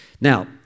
Now